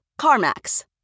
CarMax